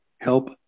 help